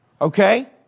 Okay